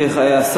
אפשר להוסיף אותי.